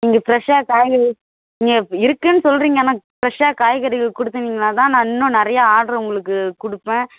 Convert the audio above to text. நீங்கள் ஃப்ரெஷ்ஷாக காய்கறி நீங்கள் இருக்குதுன்னு சொல்கிறீங்க ஆனால் ஃப்ரெஷ்ஷாக காய்கறியை கொடுத்திங்கன்னாதான் நான் இன்னும் நிறையா ஆர்ட்ரு உங்களுக்கு கொடுப்பேன்